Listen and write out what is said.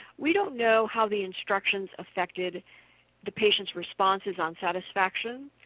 we don't know how the instructions affected the patients' responses on satisfaction,